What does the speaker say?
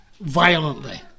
violently